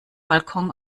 balkon